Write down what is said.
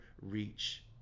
reach